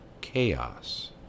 Chaos